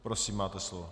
Prosím, máte slovo.